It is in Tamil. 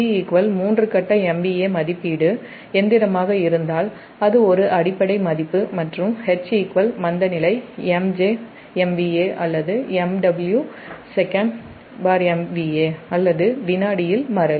G மூன்று கட்ட MVA மதிப்பீடு எந்திரமாக இருந்தால் அது ஒரு அடிப்படை மதிப்பு மற்றும் H மந்தநிலை MJ MVA அல்லது MW Sec MVA அல்லது வினாடியில் மாறிலி